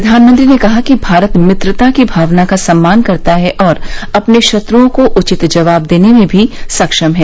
प्रधानमंत्री ने कहा कि भारत मित्रता की भावना का सम्मान करता है और अपने शत्रुओं को उचित जवाब देने में भी सक्षम है